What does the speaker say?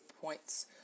points